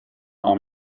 how